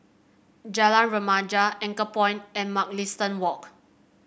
Jalan Remaja Anchorpoint and Mugliston Walk